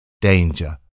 danger